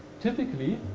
typically